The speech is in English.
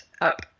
up